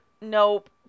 Nope